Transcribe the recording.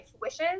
wishes